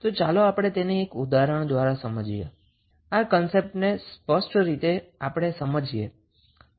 તો ચાલો આપણે એક ઉદાહરણ લઈએ જેથી આ કન્સેપ્ટ ને સ્પષ્ટ રીતે આપણે સમજી શકીએ છીએ